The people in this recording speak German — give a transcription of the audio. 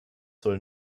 soll